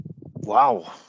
Wow